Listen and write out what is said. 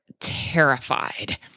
terrified